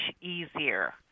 easier